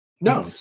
no